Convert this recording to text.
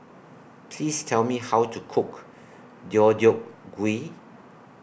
Please Tell Me How to Cook Deodeok Gui